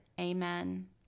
Amen